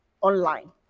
online